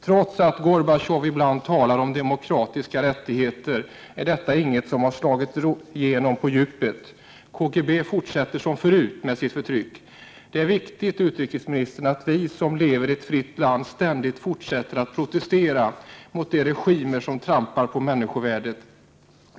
Trots att Gorbatjov ibland talar om demokratiska rättigheter är detta inget som har slagit igenom på djupet. KGB fortsätter som förut med sitt förtryck. Det är viktigt, utrikesministern, att vi som lever i ett fritt land ständigt fortsätter att protestera mot de regimer som trampar på människovärdet.